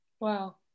Wow